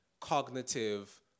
cognitive